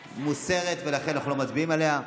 מוסרות, ולכן אנחנו לא מצביעים עליהן.